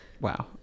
Wow